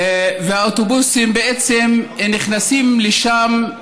האוטובוסים בעצם נכנסים לשם,